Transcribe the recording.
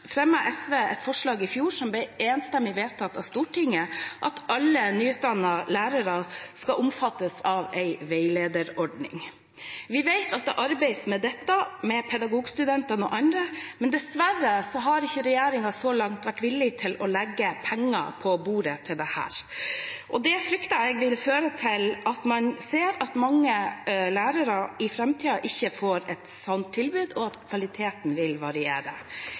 SV et forslag i fjor som ble enstemmig vedtatt av Stortinget, om at alle nyutdannete lærere skal omfattes av en veilederordning. Vi vet at det arbeides med dette med pedagogstudentene og andre, men dessverre har ikke regjeringen så langt vært villig til å legge penger på bordet til det. Det frykter jeg vil føre til at man ser at mange lærere i framtiden ikke får et sånt tilbud, og at kvaliteten vil variere.